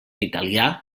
italià